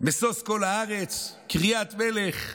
משוש כל הארץ, קריית מלך,